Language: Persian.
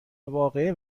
واقعه